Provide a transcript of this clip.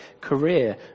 career